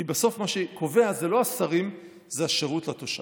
כי בסוף מה שקובע זה לא השרים, זה השירות לתושב.